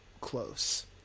close